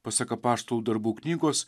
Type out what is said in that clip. pasak apaštalų darbų knygos